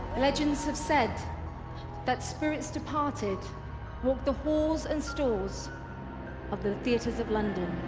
legends have said that spirits departed walk the walls and stores of the theaters of london